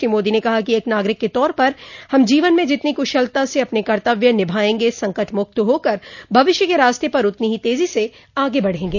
श्री मोदी ने कहा कि एक नागरिक के तौर पर हम जीवन में जितनी कुशलता से अपने कर्तव्य निभाएंगे संकट मुक्त होकर भविष्य के रास्ते पर उतनी ही तेजी से आगे बढेंगे